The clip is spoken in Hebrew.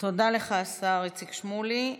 תודה לך, השר איציק שמולי.